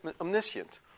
omniscient